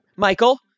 Michael